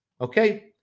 Okay